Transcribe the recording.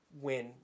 win